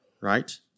Right